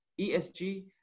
ESG